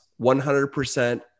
100%